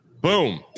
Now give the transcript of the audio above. Boom